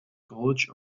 college